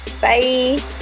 bye